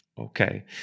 Okay